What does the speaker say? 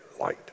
light